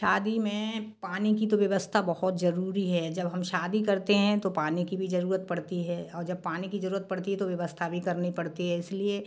शादी में पानी कि तो व्यवस्था बहुत ज़रूरी है जब हम शादी करते हें तो पानी की भी ज़रूरत पड़ती है और जब पानी की ज़रूरत पड़ती है तो व्यवस्था भी करनी पड़ती है इस लिए